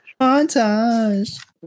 Montage